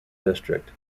district